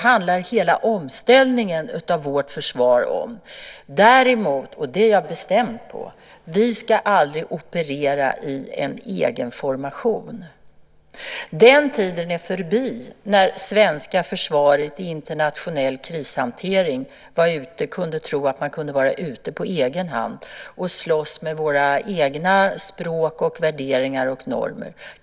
Hela omställningen av vårt försvar handlar om det. Däremot, och där vill jag vara bestämd, ska vi aldrig operera i en egen formation. Den tiden är förbi när det svenska försvaret i internationell krishantering trodde att det kunde vara ute och slåss på egen hand - med eget språk och egna värderingar och normer.